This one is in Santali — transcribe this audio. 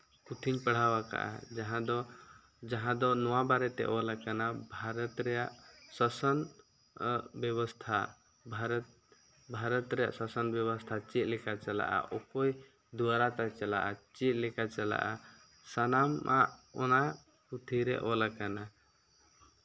ᱯᱩᱛᱷᱤᱧ ᱯᱟᱲᱦᱟᱣ ᱟᱠᱟᱫᱼᱟ ᱡᱟᱦᱟᱸ ᱫᱚ ᱡᱟᱦᱟᱸ ᱫᱚ ᱱᱚᱣᱟ ᱵᱟᱨᱮ ᱛᱮ ᱚᱞ ᱟᱠᱟᱱᱟ ᱵᱷᱟᱨᱚᱛ ᱨᱮᱭᱟᱜ ᱥᱟᱥᱚᱱ ᱵᱮᱵᱚᱥᱛᱷᱟ ᱵᱷᱟᱨᱚᱛ ᱵᱷᱟᱨᱚᱛ ᱨᱮᱭᱟᱜ ᱥᱟᱥᱚᱱ ᱵᱮᱵᱚᱥᱛᱷᱟ ᱪᱮᱫ ᱞᱮᱠᱟ ᱪᱟᱞᱟᱜᱼᱟ ᱚᱠᱚᱭ ᱫᱩᱣᱟᱨᱟᱛᱮ ᱪᱟᱞᱟᱜᱼᱟ ᱪᱮᱫ ᱞᱮᱠᱟ ᱪᱟᱞᱟᱜᱼᱟ ᱥᱟᱱᱟᱢᱟᱜ ᱚᱱᱟ ᱯᱩᱛᱷᱤ ᱨᱮ ᱚᱞ ᱟᱠᱟᱱᱟ